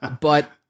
but-